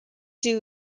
due